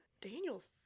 Daniel's